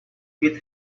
get